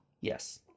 Yes